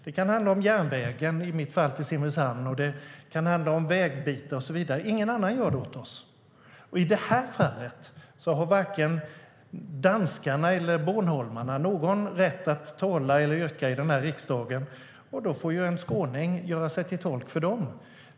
Det kan handla om järnvägar, i mitt fall till Simrishamn, det kan handla om vägbitar och så vidare. Ingen annan gör det åt oss. I det här fallet har varken danskar eller bornholmare någon rätt att tala eller yrka i den här riksdagen. Då får en skåning göra sig till tolk för dem.